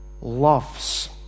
loves